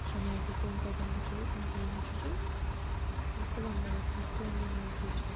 سۄ نَلکہٕ کٲم کَتٮ۪ن ہیٚچھو اِنسان ہیٚچھِ سُہ پٕلَمبَرَس نِش پٕلَمبِنٛگ منٛز ہیٚچھِ